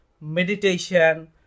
meditation